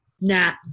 nah